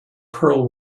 pearl